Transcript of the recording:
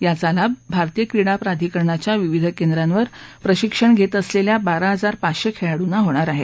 याचा लाभ भारतीय क्रीडा प्राधिकरणाच्या विविध केंद्रावर प्रशिक्षण घेत असलेल्या बारा हजार पाचशे खेळाडुंना होणार आहे